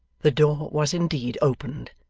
the door was indeed opened,